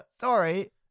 Sorry